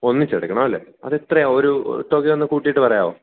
ഒന്നിച്ചടയ്ക്കണം അല്ലേ അത് എത്രയാണ് ഒരു തുകയൊന്ന് കൂട്ടിയിട്ട് പറയാവോ